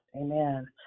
Amen